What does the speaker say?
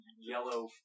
yellow